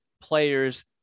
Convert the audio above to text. players